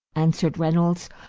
answered reynolds.